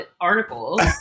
articles